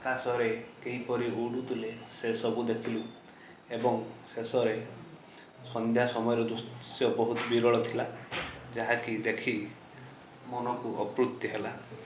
ଆକାଶରେ କିପରି ଉଡ଼ୁଥିଲେ ସେଇସବୁ ଦେଖିଲୁ ଏବଂ ଶେଷରେ ସନ୍ଧ୍ୟା ସମୟର ଦୃଶ୍ୟ ବହୁତ ବିରଳ ଥିଲା ଯାହାକି ଦେଖି ମନକୁ ଅପୃତି ହେଲା